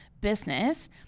business